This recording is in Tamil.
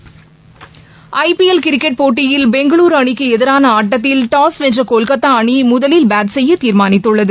விளையாட்டுச் செய்தி ஐபிஎல் கிரிக்கெட் போட்டியில் பெங்களுரு அணிக்கு எதிரான ஆட்டத்தில் டாஸ் வென்ற கொல்கத்தா அணி முதலில் பேட் செய்ய தீர்மானித்துள்ளது